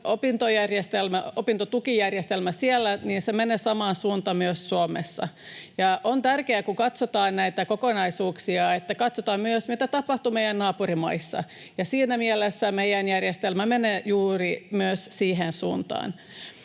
opintotukijärjestelmä menee samaan suuntaan myös Suomessa. Ja on tärkeää, kun katsotaan näitä kokonaisuuksia, että katsotaan myös, mitä tapahtuu meidän naapurimaissa, ja siinä mielessä myös meidän järjestelmä menee juuri siihen suuntaan.